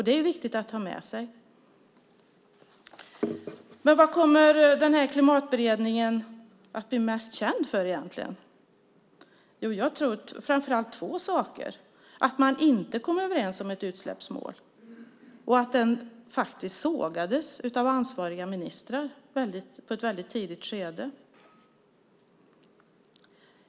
Det är viktigt att ta med sig. Men vad kommer Klimatberedningen att bli mest känd för egentligen? Det är framför allt två saker, tror jag, nämligen att man inte kom överens om ett utsläppsmål och att den faktiskt sågades av ansvariga ministrar i ett väldigt tidigt skede.